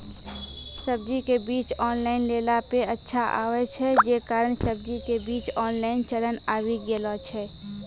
सब्जी के बीज ऑनलाइन लेला पे अच्छा आवे छै, जे कारण सब्जी के बीज ऑनलाइन चलन आवी गेलौ छै?